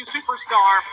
Superstar